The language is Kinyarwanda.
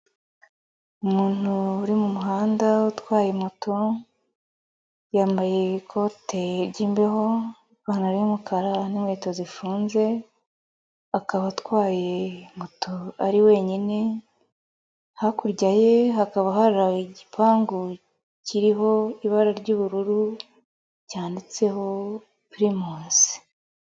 Umuntu uri mu muhanda utwaye moto, yambaye ikote ryimbeho, ipantaro y'umukara n'inkweto zifunze, akaba atwaye moto ari wenyine, hakurya ye hakaba hari igipangu kiriho ibara ry'ubururu cyanditseho Pirimusi.